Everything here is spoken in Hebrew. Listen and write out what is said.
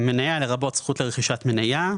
"מניה" לרבות זכות לרכישת מניה.